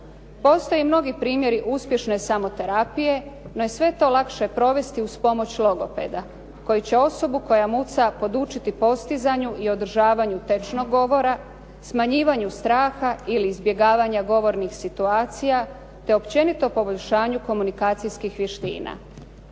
Postoje mnogi primjeri uspješne samoterapije, no sve je to lakše provesti uz pomoć logopeda koji će osobu koja muca podučiti postizanju i održavanju tečnog govora, smanjivanju straha ili izbjegavanja govornih situacija, te općenito poboljšanju komunikacijskih vještina.